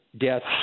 deaths